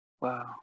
Wow